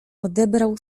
odebrał